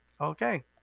okay